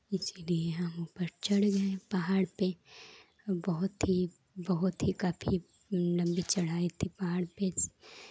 इसीलिए हम ऊपर चढ़ गए पहाड़ पे बहुत ही बहुत ही कठिन लम्बी चढ़ाई थी पहाड़ पे